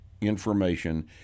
information